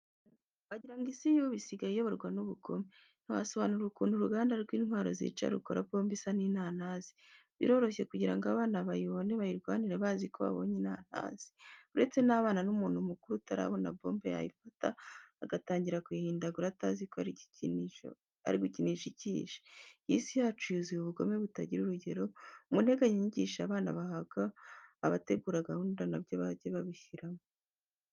Wagira ngo isi y'ubu isigaye iyoborwa n'ubugome. Ntiwasobanura ukuntu uruganda rw'intwaro zica rukora bombe isa n'inanasi. Biroroshye kugira ngo abana bayibonye bayirwanire bazi ko babonye inanasi. Uretse n'abana, n'umuntu mukuru utarabona bombe yayifata agatangira kuyihindagura atazi ko ari gukinisha ikishi. Iyi si yacu yuzuye ubugome butagira urugero. Mu nteganyanyigisho abana bahabwa, abategura gahunda na byo bajye babishyiramo.